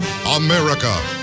America